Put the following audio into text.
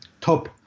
top